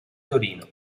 torino